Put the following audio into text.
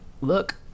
look